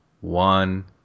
one